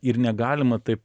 ir negalima taip